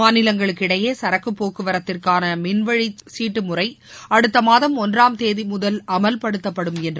மாநிலங்களுக்கு இடையே சரக்கு போக்குவரத்திற்காள மின்வழிச் சீட்டு முறை அடுத்த மாதம் ஒன்றாம் தேதி முதல் அமல்படுத்தப்படும் என்று அவர் கூறினார்